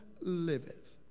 liveth